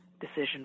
decision